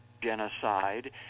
genocide